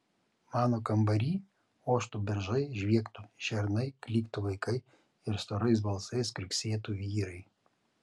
mano kambary oštų beržai žviegtų šernai klyktų vaikai ir storais balsais kriuksėtų vyrai